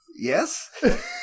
Yes